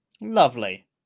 lovely